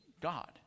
God